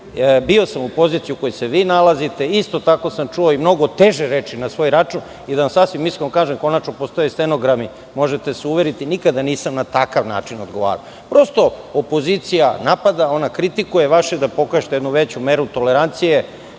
Bio sam u poziciji u kojoj se vi nalazite, isto tako sam čuo i mnogo teže reči na svoj račun i da vam sasvim iskreno kažem, konačno, postoje stenogrami i možete se uveriti nikada nisam na takav način odgovarao. Prosto, opozicija napada, ona kritikuje, a vaše je da pokažete jednu veću meru tolerancije. Nadam